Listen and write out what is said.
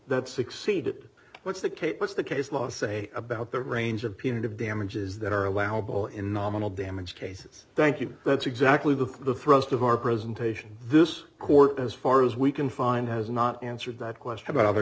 that kate what's the case law say about the range of peanut of damages that are allowable in nominal damage cases thank you that's exactly the thrust of our presentation this court as far as we can find has not answered that question about other